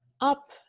up